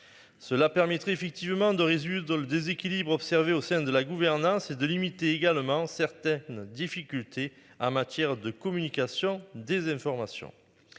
Cela permettrait effectivement de rhésus dans le déséquilibre observé au sein de la gouvernance et de limiter également certaines difficultés à en matière de communication des informations.